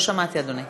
אני לא שמעתי, אדוני.